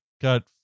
got